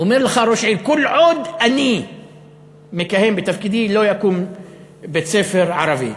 אומר לך ראש עיר: כל עוד אני מכהן בתפקידי לא יקום בית-ספר ערבי,